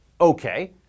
Okay